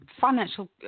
Financial